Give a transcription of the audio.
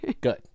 good